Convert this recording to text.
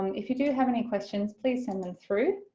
if you do have any questions please send them through.